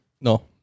no